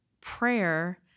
prayer